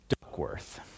Duckworth